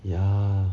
ya